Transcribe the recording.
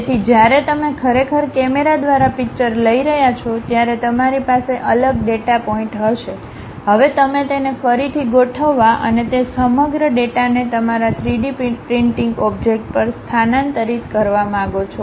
તેથી જ્યારે તમે ખરેખર કેમેરા દ્વારા પિક્ચર લઈ રહ્યાં છો ત્યારે તમારી પાસે અલગ ડેટા પોઇન્ટ હશે હવે તમે તેને ફરીથી ગોઠવવા અને તે સમગ્ર ડેટાને તમારા 3D પ્રિન્ટિંગ ઓબ્જેક્ટ પર સ્થાનાંતરિત કરવા માંગો છો